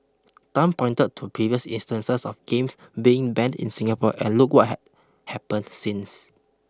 Tan pointed to previous instances of games being banned in Singapore and look what had happened since